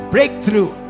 Breakthrough